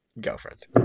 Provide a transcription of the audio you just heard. girlfriend